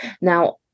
Now